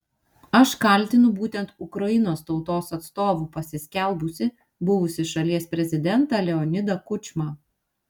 aš kaltinu būtent ukrainos tautos atstovu pasiskelbusį buvusį šalies prezidentą leonidą kučmą